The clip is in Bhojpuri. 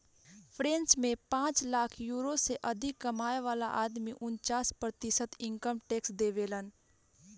फ्रेंच में पांच लाख यूरो से अधिक कमाए वाला आदमी उनन्चास प्रतिशत इनकम टैक्स देबेलन